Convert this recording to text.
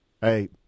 Hey